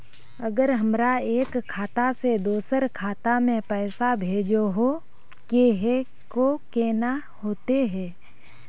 अगर हमरा एक खाता से दोसर खाता में पैसा भेजोहो के है तो केना होते है?